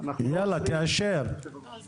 ראשי רשויות, אנשי